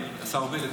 השר ארבל,